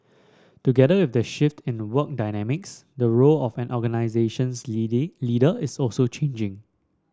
together with the shift in work dynamics the role of an organisation's leader is also changing